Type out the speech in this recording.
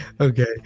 Okay